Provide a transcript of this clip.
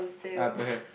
ah don't have